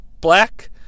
Black